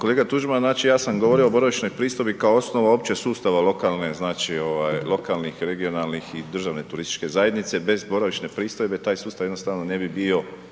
Kolega Tuđman, znači ja sam govorio o boravišnoj pristojbi, kao osnova općeg sustava znači lokalnih regionalnih i državne turističke zajednice, bez boravišne pristojbe, taj sustav jednostavno ne bi bio